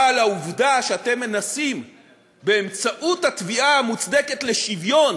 אבל העובדה שאתם מנסים באמצעות התביעה המוצדקת לשוויון